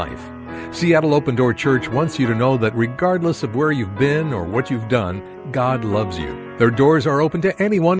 life seattle open door church wants you to know that regardless of where you've been or what you've done god loves you there are doors are open to anyone